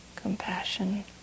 compassion